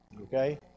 okay